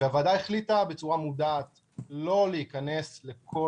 הוועדה החליטה בצורה מודעת לא להיכנס לכל